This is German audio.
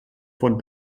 von